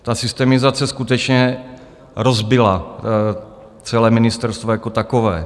Ta systemizace skutečně rozbila celé ministerstvo jako takové.